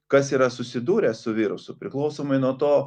kas yra susidūrę su virusu priklausomai nuo to